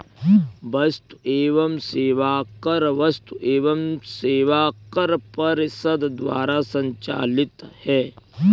वस्तु एवं सेवा कर वस्तु एवं सेवा कर परिषद द्वारा संचालित है